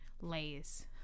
Lays